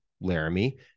Laramie